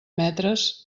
metres